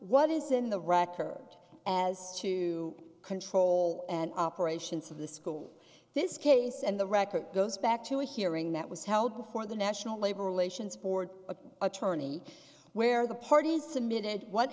what is in the rock heard as to control and operations of the school this case and the record goes back to a hearing that was held before the national labor relations board of attorney where the parties submitted what